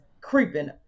creeping